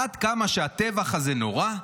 עד כמה שהטבח הזה נורא,